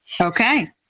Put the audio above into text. Okay